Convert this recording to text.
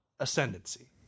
Ascendancy